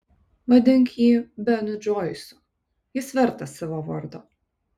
vadink jį benu džoisu jis vertas savo vardo